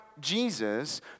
Jesus